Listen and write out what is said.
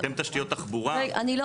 אתם תשתיות תחבורה, זה משהו אחר.